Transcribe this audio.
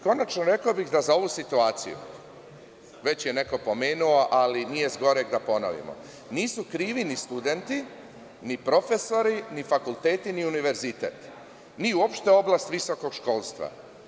Konačno, rekao bih da za ovu situaciju, već je neko pomenuo ali nije zgoreg da ponovimo, nisu krivi ni studenti, ni profesori, ni fakulteti, ni univerzitet, ni uopšte oblast visokog školstva.